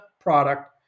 product